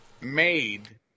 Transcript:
Made